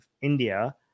India